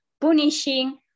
punishing